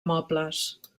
mobles